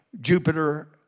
Jupiter